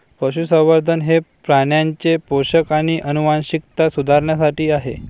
पशुसंवर्धन हे प्राण्यांचे पोषण आणि आनुवंशिकता सुधारण्यासाठी आहे